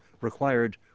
required